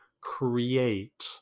create